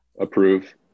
Approve